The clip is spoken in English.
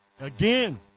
Again